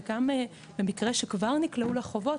וגם במקרה שכבר נקלעו לחובות,